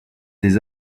des